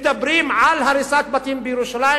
מדברים על הריסת בתים בירושלים,